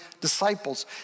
disciples